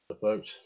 Folks